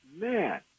man